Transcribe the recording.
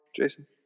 Jason